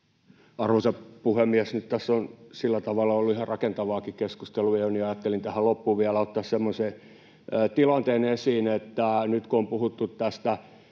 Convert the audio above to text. Arvoisa puhemies! Nyt tässä on ollut sillä tavalla ihan rakentavaakin keskustelua. Ajattelin tähän loppuun vielä ottaa semmoisen tilanteen esiin, että nyt kun on puhuttu tästä